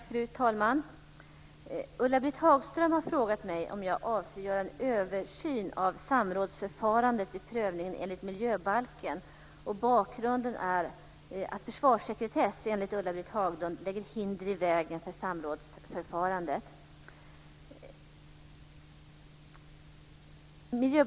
Fru talman! Ulla-Britt Hagström har frågat mig om jag avser göra en översyn av samrådsförfarandet vid prövningen enligt miljöbalken. Bakgrunden är att försvarssekretess enligt Ulla-Britt Hagström lägger hinder i vägen för samrådsförfarandet.